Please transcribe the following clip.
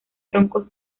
tronco